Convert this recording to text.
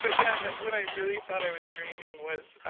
but yeah, but when i really thought i was dreaming was